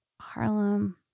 Harlem